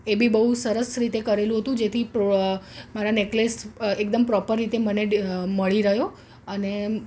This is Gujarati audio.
એ બી બહુ સરસ રીતે કરેલું તું જેથી પ્રો મારા નેકલેસ એકદમ પ્રોપર રીતે મને રીતે મળી ગયો અને